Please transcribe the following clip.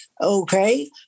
Okay